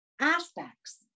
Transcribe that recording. aspects